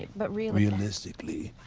but really. realistically,